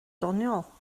doniol